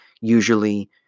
usually